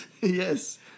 Yes